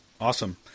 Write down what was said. Awesome